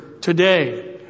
today